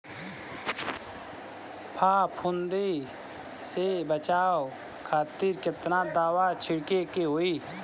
फाफूंदी से बचाव खातिर केतना दावा छीड़के के होई?